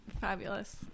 Fabulous